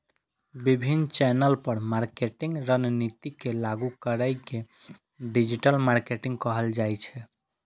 विभिन्न चैनल पर मार्केटिंग रणनीति के लागू करै के डिजिटल मार्केटिंग कहल जाइ छै